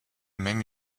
même